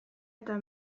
eta